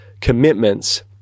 commitments